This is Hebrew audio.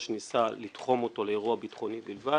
ניסה לתחום אותו לאירוע ביטחוני בלבד